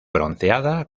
bronceada